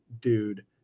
dude